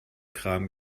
kram